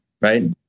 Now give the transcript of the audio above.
right